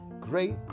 great